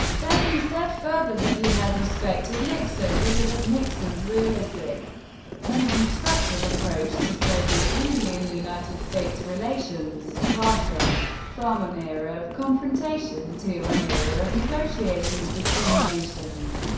then he said further that he had respected nixon, because of nixon's realistic and constructive approach to soviet union-united states relations. passing from an era of confrontation to an era of negotiations between nations.